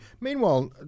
Meanwhile